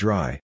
Dry